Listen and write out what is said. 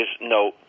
No